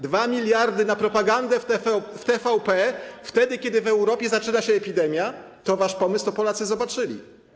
2 mld na propagandę w TVP wtedy, kiedy w Europie zaczyna się epidemia - to wasz pomysł, to Polacy zobaczyli.